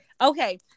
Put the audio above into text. Okay